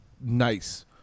nice